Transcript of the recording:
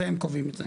זה הם קובעים את זה.